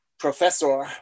Professor